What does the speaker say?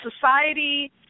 society